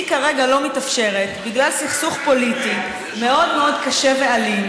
היא כרגע לא מתאפשרת בגלל סכסוך פוליטי מאוד קשה ואלים,